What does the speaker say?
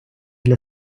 для